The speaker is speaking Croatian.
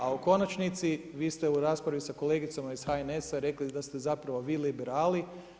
A u konačnici vi ste u raspravom sa kolegicom iz HNS-a rekli da ste zapravo vi liberali.